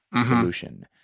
solution